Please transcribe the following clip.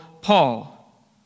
Paul